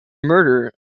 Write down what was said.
murder